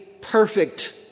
perfect